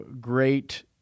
great